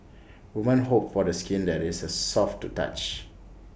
woman hope for the skin that is A soft to touch